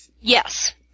Yes